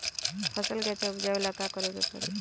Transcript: फसल के अच्छा उपजाव ला का करे के परी?